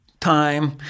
time